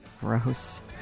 Gross